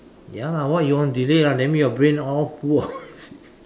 ya lah what you want to delete lah that mean your brain all full of shit